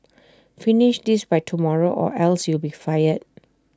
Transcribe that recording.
finish this by tomorrow or else you'll be fired